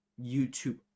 youtube